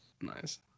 Nice